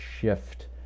shift